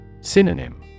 Synonym